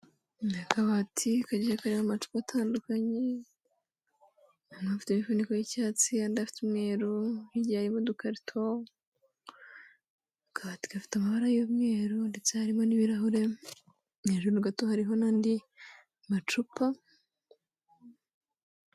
Ni akabati kagiye karimo amacupa atandukanye, harimo afite imifuniko y'icyatsi, andi afite umweru, hirya harimo udukarito, akabati gafite amabara y'umweru, ndetse harimo n'ibirahure, hejuru gato hariho n'andi macupa.